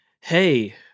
hey